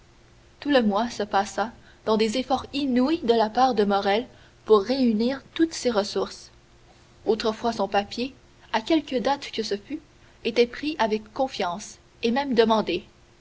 tout le mois se passa dans des efforts inouïs de la part de morrel pour réunir toutes ses ressources autrefois son papier à quelque date que ce fût était pris avec confiance et même demandé